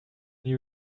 new